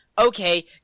Okay